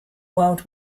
world